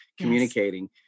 communicating